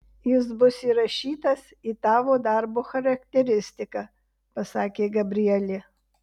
jis bus įrašytas į tavo darbo charakteristiką pasakė gabrielė